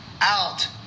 out